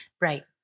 Right